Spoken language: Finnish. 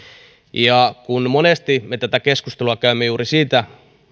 ja kun monesti me tätä keskustelua käymme juuri siitä